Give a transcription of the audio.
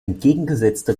entgegengesetzte